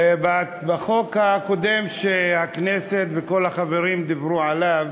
החוק הקודם שהכנסת וכל החברים דיברו עליו